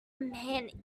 man